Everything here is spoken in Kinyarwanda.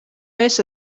wese